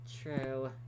True